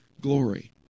glory